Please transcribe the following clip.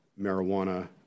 marijuana